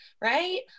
right